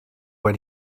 when